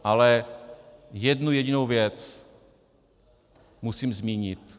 Ale jednu jedinou věc musím zmínit.